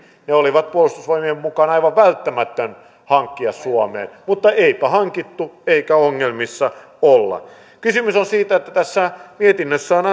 ne oli puolustusvoimien mukaan aivan välttämätöntä hankkia suomeen mutta eipä hankittu eikä ongelmissa olla kysymys on siitä että tässä mietinnössä on